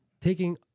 taking